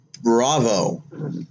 Bravo